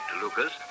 Lucas